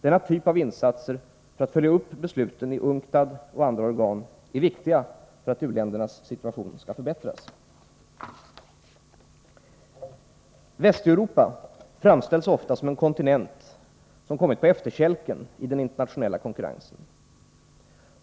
Denna typ av insatser för att följa upp besluten i UNCTAD och andra organ är viktiga för att u-ländernas situation skall förbättras. Västeuropa framställs ofta som en kontinent som kommit på efterkälken i den internationella konkurrensen.